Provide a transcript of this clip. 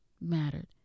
mattered